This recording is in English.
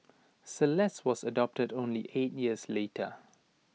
celeste was adopted only eight years later